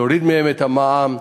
להוריד מהן את המע"מ,